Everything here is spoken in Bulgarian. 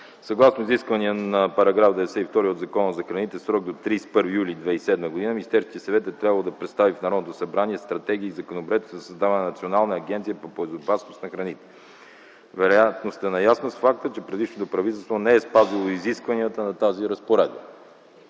Съгласно изискванията на § 92 от Закона за храните в срок до 31 юли 2007 г. Министерският съвет е трябвало да представи в Народното събрание стратегия и Законопроект за създаване на Национална агенция по безопасност на храните. Вероятно сте наясно с факта, че предишното правителство не е спазило изискванията на тази разпоредба.